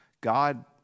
God